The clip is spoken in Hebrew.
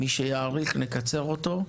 מי שיאריך נקצר אותו.